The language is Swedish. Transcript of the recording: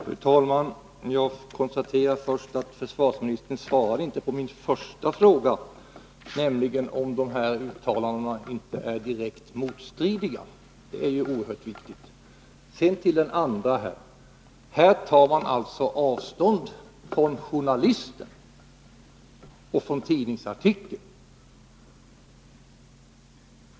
Fru talman! Jag konstaterar att försvarsministern inte svarade på min tetspolitiken första fråga, nämligen om dessa uttalanden inte är direkt motstridiga, något som är oerhört viktigt. Man tar alltså avstånd från journalisten och tidningsartikeln.